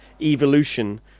evolution